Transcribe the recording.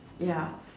ya